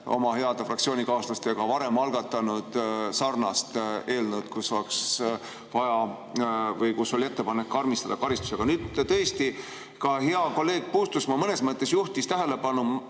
oma heade fraktsioonikaaslastega varem algatanud sarnase eelnõu, kus oli ettepanek karmistada karistusi. Aga hea kolleeg Puustusmaa mõnes mõttes juhtis tähelepanu